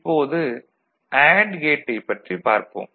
இப்போது அண்டு கேட்டைப் பற்றி பார்ப்போம்